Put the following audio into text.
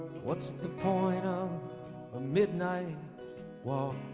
what's the point of a midnight walk?